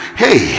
hey